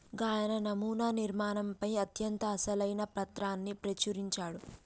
గాయన నమునా నిర్మాణంపై అత్యంత అసలైన పత్రాన్ని ప్రచురించాడు